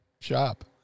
shop